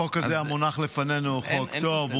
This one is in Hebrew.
החוק הזה המונח לפנינו הוא חוק טוב,